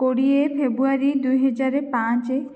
କୋଡ଼ିଏ ଫେବୃୟାରୀ ଦୁଇ ହଜାର ପାଞ୍ଚେ